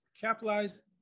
Capitalize